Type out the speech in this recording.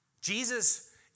Jesus